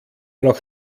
noch